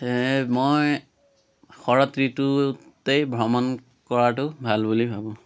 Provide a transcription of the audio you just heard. এই মই শৰৎ ঋতুতেই ভ্ৰমণ কৰাতো ভাল বুলি ভাবোঁ